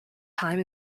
time